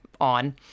on